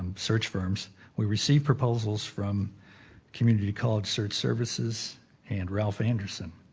search firms. we received proposals from community college search services and ralph anderson.